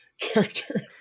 character